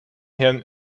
herrn